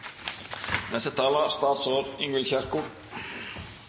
neste talar